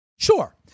Sure